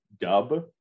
dub